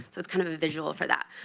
so it's kind of a visual for that.